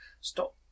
Stop